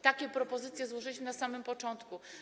Takie propozycje złożyliśmy na samym początku.